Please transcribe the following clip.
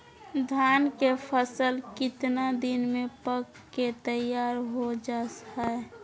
धान के फसल कितना दिन में पक के तैयार हो जा हाय?